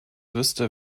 wüsste